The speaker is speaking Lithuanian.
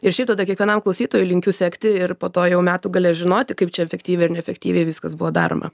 ir šiaip tada kiekvienam klausytojui linkiu sekti ir po to jau metų gale žinoti kaip čia efektyviai ar neefektyviai viskas buvo daroma